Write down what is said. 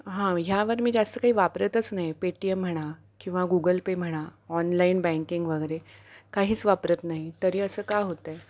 हां ह्यावर मी जास्त काही वापरतच नाही पेटीएम म्हणा किंवा गुगल पे म्हणा ऑनलाईन बँकिंग वगैरे काहीच वापरत नाही तरी असं का होतं आहे